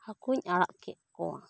ᱦᱟᱹᱠᱩᱧ ᱟᱲᱟᱜ ᱠᱮᱫ ᱠᱚᱣᱟ